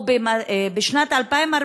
ובשנת 2014,